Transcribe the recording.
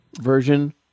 version